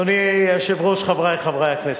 אדוני היושב-ראש, חברי חברי הכנסת,